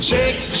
Shake